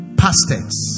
pastors